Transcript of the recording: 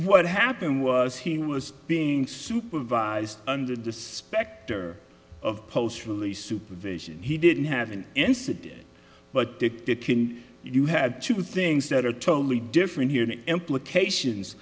what happened was he was being supervised under the specter of post release supervision he didn't have an incident but dick did you had two things that are totally different here implications